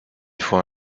fois